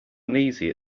uneasy